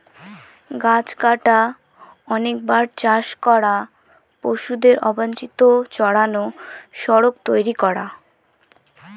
গাছ কাটা, অনেকবার চাষ করা, পশুদের অবাঞ্চিত চড়ানো, সড়ক তৈরী করা